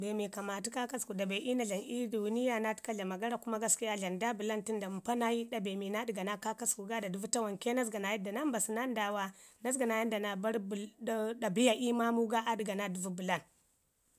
Be mi kamatu kaakasku dabe iya na dlami ii duu niya naak təka dlama gara. Kuma gaskiya dlamu da bəlam tənda npa naa iyu ii ɗa be mi naa ɗəga naa kaakasku ga da dəru lawante na zəga naa yadda nibasu naa ndaawa, na zəga naa yanda naa bari ɗabi'a ii maamu ga aa ɗəga naa dəvu bəlan